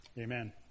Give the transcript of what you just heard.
Amen